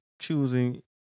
choosing